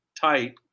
tight